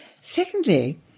Secondly